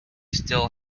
still